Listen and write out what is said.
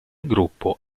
gruppo